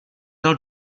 dal